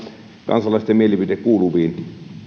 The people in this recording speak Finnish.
kansalaisten mielipide kuuluviin